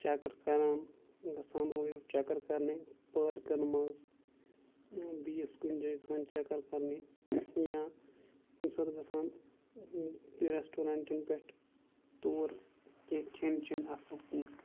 چَکر کَران گژھان اورٕ یورٕ چَکر کَرنہِ پٲرکَن منٛز بیٚیِس کُنہِ جایہِ گژھان چَکر کَرنہِ یا کُنہِ ساتہٕ گژھان ریٚسٹورٮ۪نٛٹَن پٮ۪ٹھ تور کینٛہہ کھیٚنہِ چیٚنہِ اَصٕل پٲٹھۍ